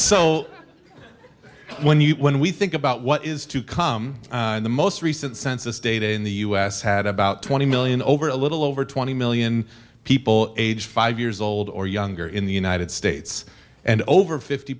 so when you when we think about what is to come the most recent census data in the u s had about twenty million over a little over twenty million people age five years old or younger in the united states and over fifty